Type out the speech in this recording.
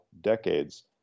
decades